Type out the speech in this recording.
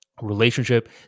relationship